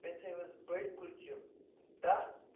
بیٚیہِ تھٲوِو حظ بٔڈۍ کُلچہِ دَہ